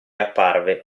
apparve